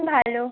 ভালো